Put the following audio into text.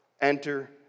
Enter